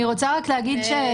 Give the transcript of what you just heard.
אני רוצה רק להגיד,